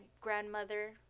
grandmother